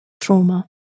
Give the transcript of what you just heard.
trauma